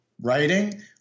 writing –